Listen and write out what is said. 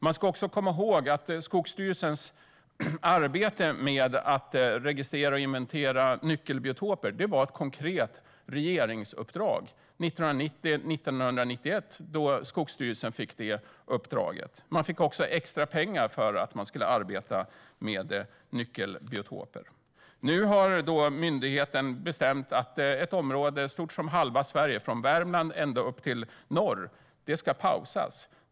Man ska också komma ihåg att Skogsstyrelsens arbete med att registrera och inventera nyckelbiotoper var ett konkret regeringsuppdrag. Åren 1990-1991 fick Skogsstyrelsen detta uppdrag. De fick också extra pengar för att arbeta med nyckelbiotoper. Nu har myndigheten bestämt att ett område stort som halva Sverige - från Värmland ända upp till norr - ska pausas.